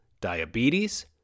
diabetes